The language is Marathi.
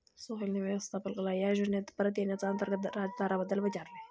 सोहेलने व्यवस्थापकाला या योजनेत परत येण्याच्या अंतर्गत दराबद्दल विचारले